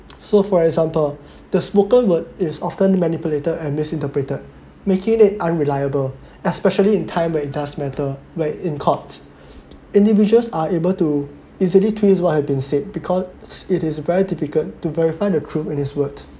so for example the spoken word is often manipulated and misinterpreted making it unreliable especially in time when it does matter where in court individuals are able to easily twists what had been said because it is very difficult to verify the truth in his word